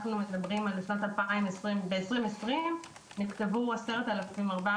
אנחנו מדברים על שנת 2020 בה נכתבו 10,400